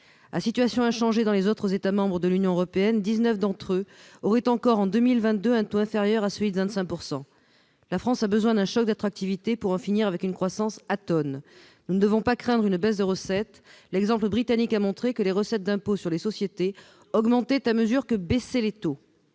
À situation inchangée dans les autres États membres de l'Union européenne, dix-neuf d'entre eux auraient encore en 2022 un taux inférieur à celui de 25 %. La France a besoin d'un choc d'attractivité pour en finir avec une croissance atone. Nous ne devons pas craindre une baisse de recettes : l'exemple britannique a montré que les recettes d'impôt sur les sociétés augmentaient à mesure que baissaient les taux.